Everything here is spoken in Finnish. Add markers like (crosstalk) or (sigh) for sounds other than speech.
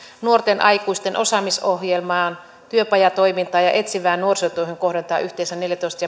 nuorten aikuisten osaamisohjelmaan työpajatoimintaan ja etsivään nuorisotyöhön kohdennetaan yhteensä neljätoista (unintelligible)